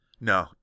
No